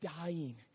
dying